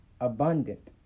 abundant